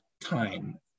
time